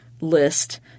list